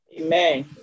Amen